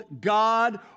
God